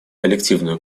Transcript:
коллективную